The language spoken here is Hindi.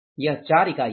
यह 4 इकाई है